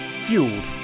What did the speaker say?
fueled